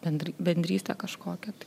bendri bendrystę kažkokią tai